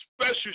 special